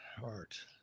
heart